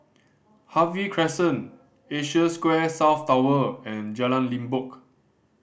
Harvey Crescent Asia Square South Tower and Jalan Limbok